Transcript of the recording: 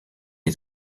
est